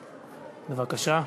בבקשה.